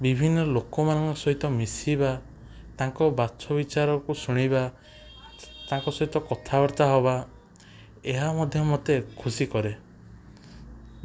ବିଭିନ୍ନ ଲୋକମାନଙ୍କ ସହିତ ମିଶିବା ତାଙ୍କ ବାଛବିଚାରକୁ ଶୁଣିବା ତାଙ୍କ ସହିତ କଥାବାର୍ତ୍ତା ହେବା ଏହାମଧ୍ୟ ମୋତେ ଖୁସି କରେ